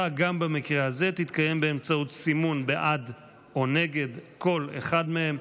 גם במקרה הזה הבחירה תתקיים באמצעות סימון בעד או נגד כל אחד מהם,